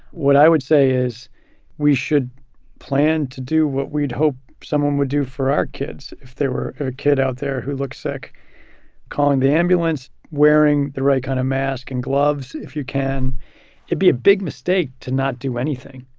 what i would say is we should plan to do what we'd hope someone would do for our kids. if there were a kid out there who looked sick calling the ambulance, wearing the right kind of mask and gloves. if you can be a big mistake to not do anything,